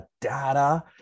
data